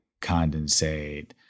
condensate